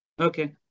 okay